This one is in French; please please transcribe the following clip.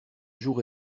jour